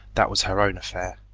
that was her own affair.